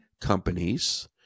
companies